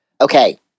okay